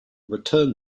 return